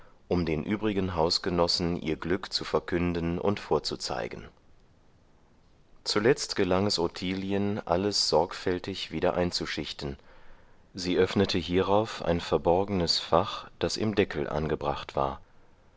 um den übrigen hausgenossen ihr glück zu verkünden und vorzuzeigen zuletzt gelang es ottilien alles sorgfältig wieder einzuschichten sie öffnete hierauf ein verborgenes fach das im deckel angebracht war